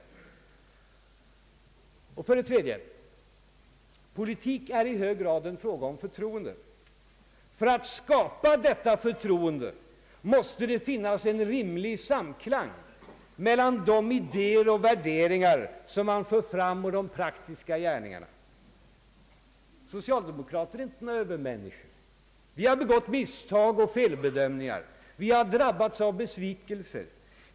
För det tredje. Politik är i hög grad en fråga om förtroende. För att skapa detta förtroende måste det finnas en rimlig samklang mellan de idéer och värderingar som man fört fram och de praktiska gärningarna. Socialdemokrater är inte några övermänniskor. Vi har begått misstag och felbedömningar. Vi har drabbats av besvikelse.